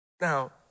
Now